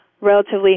relatively